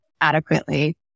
adequately